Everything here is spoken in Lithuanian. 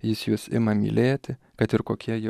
jis jus ima mylėti kad ir kokie jie